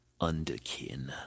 Underkin